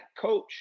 coach